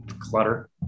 clutter